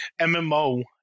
MMO